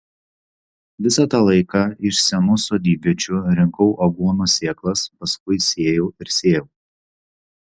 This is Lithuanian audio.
visą tą laiką iš senų sodybviečių rinkau aguonų sėklas paskui sėjau ir sėjau